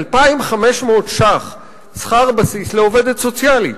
2,500 שקלים שכר בסיס לעובדת סוציאלית.